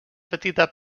petita